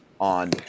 on